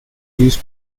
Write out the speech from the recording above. these